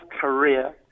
korea